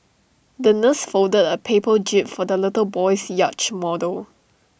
the nurse folded A paper jib for the little boy's yacht model